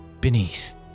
beneath